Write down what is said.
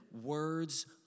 words